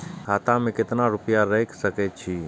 खाता में केतना रूपया रैख सके छी?